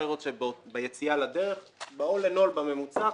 למה 2014?